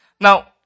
Now